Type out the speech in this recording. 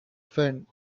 friend